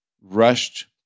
rushed